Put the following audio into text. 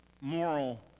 moral